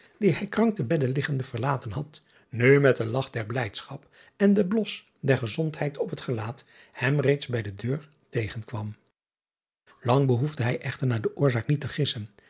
die hij krank te bedde liggende verlaten had nu met den lach der blijdschap en den blos der gezondheid op het gelaat hem reeds bij de deur tegenkwam ang behoefde hij echter naar de oorzaak niet te gissen